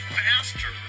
faster